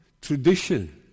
tradition